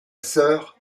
sœur